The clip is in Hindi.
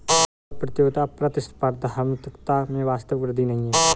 कर प्रतियोगिता प्रतिस्पर्धात्मकता में वास्तविक वृद्धि नहीं है